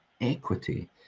equity